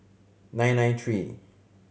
nine nine three